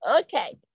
Okay